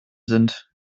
sind